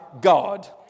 God